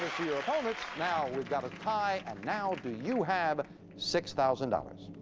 to your opponents. now, we've got a tie. and now, do you have six thousand dollars?